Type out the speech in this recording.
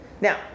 Now